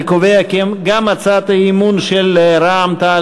אני קובע כי גם הצעת האי-אמון של רע"ם-תע"ל-מד"ע,